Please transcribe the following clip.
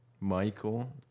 Michael